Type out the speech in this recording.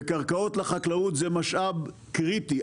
וקרקעות לחקלאות זה משאב קריטי,